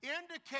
Indicate